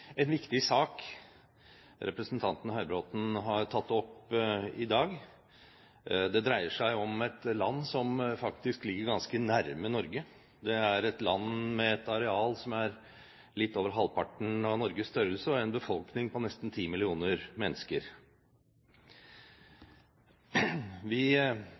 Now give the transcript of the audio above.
en viktig sak representanten Høybråten har tatt opp i dag. Det dreier seg om et land som faktisk ligger ganske nærme Norge. Det er et land med et areal som er litt over halvparten av Norges størrelse og med en befolkning på nesten 10 millioner mennesker. Vi